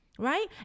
Right